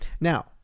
Now